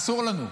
אסור לנו.